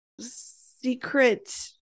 secret